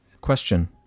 Question